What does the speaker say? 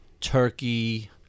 Turkey